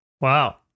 Wow